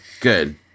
Good